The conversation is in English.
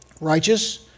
righteous